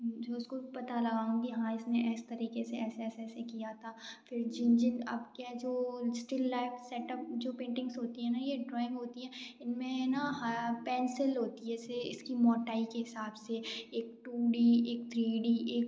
जो उसको पता लगाऊँगी हाँ इसने इस तरीके से ऐसे ऐसे ऐसे किया था फिर जिन जिन आपके जो स्टील लाइफ सेटअप जो पेंटिंग्स होती है न ये ड्राॅइंग होती है इनमें ना हाँ पेंसिल होती है जैसे इसकी मोटाई के हिसाब से एक टू डी एक थ्री डी एक